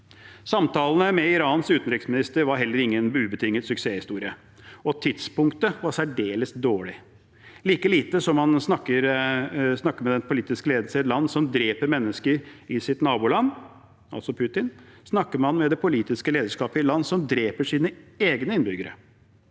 Samtalene med Irans utenriksminister var heller ingen ubetinget suksesshistorie, og tidspunktet var særdeles dårlig. Like lite som man snakker med den politiske ledelse i et land som dreper mennesker i sitt naboland, altså Putin, snakker man med det politiske lederskapet i land som dreper sine egne innbyggere.